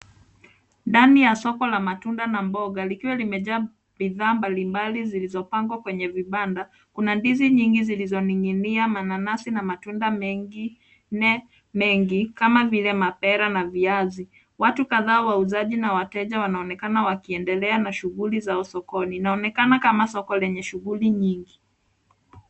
Ndani ya soko la matunda na mboga likiwa limejaa bidhaa mbalimbali zilizopangwa kwenye vibanda. Kuna ndizi nyingi zilizoning'inia, mananasi na matunda mengine mengi kama vile mapera na viazi. Watu kadhaa wauzaji na wateja wanaonekana wakiendelea na shughuli zao sokoni, inaonekana kama soko lenye shughuli nyingi.